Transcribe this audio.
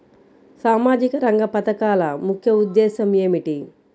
సామాజిక రంగ పథకాల ముఖ్య ఉద్దేశం ఏమిటీ?